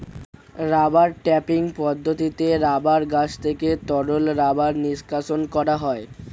rubber tapping পদ্ধতিতে rubber গাছ থেকে তরল রাবার নিষ্কাশণ করা হয়